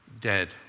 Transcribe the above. dead